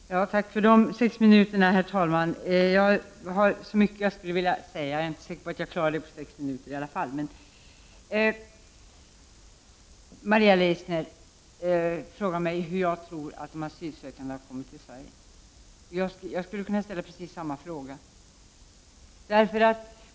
Herr talman! Tack för de sex minuterna, även om jag har så mycket att säga att jag kanske inte klarar att föra fram det på den tiden. Maria Leissner frågar mig hur jag tror att de asylsökande har kommit till Sverige. Jag skulle kunna ställa precis samma fråga.